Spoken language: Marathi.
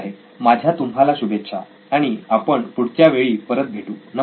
ठीक आहे माझ्या तुम्हाला शुभेच्छा आणि आपण पुढच्या वेळी परत भेटू